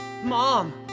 Mom